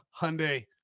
Hyundai